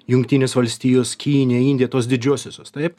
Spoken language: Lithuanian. jungtinės valstijos kinija indija tos didžiosiosios taip